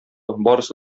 барысы